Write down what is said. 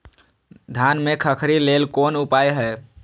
धान में खखरी लेल कोन उपाय हय?